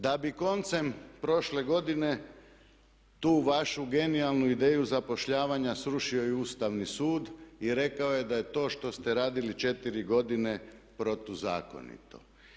Da bi koncem prošle godine tu vašu genijalnu ideju zapošljavanja srušio i Ustavni sud i rekao je da je to što ste radili 4 godine protuzakonito.